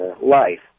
life